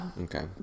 Okay